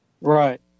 right